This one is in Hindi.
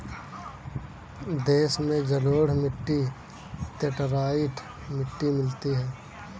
देश में जलोढ़ मिट्टी लेटराइट मिट्टी मिलती है